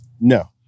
No